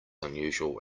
unusual